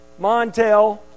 Montel